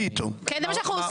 זה מה שאנחנו עושים,